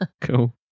Cool